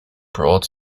broad